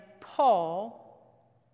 Paul